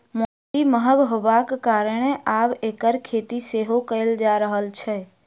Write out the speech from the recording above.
मोती महग होयबाक कारणेँ आब एकर खेती सेहो कयल जा रहल अछि